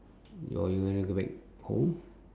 or you want to go back home